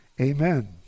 Amen